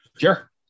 sure